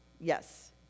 Yes